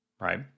right